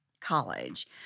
college